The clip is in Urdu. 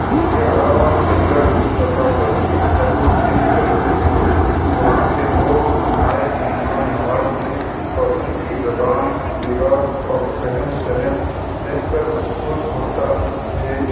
اس کے علاوہ کیرلا کی ثقافت بھی بہت دلچسپ ہے وہاں کے لوگ نہایت مہمان نواز ہیں اور ان کی زبان لباس اور رہن سہن دیکھ کر محسوس ہوتا ہے